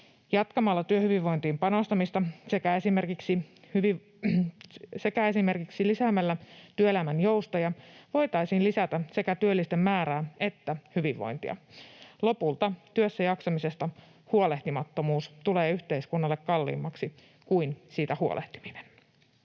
Jatkamalla työhyvinvointiin panostamista sekä esimerkiksi lisäämällä työelämän joustoja voitaisiin lisätä sekä työllisten määrää että hyvinvointia. Lopulta työssäjaksamisesta huolehtimattomuus tulee yhteiskunnalle kalliimmaksi kuin siitä huolehtiminen.